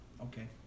Okay